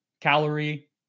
calorie